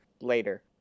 later